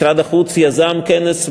משרד החוץ יזם כנס באו"ם,